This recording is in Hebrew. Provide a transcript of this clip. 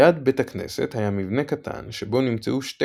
ליד בית הכנסת היה מבנה קטן שבו נמצאו שתי